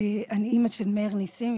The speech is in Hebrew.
אני אימא של מאיר ניסים,